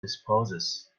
disposes